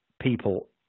people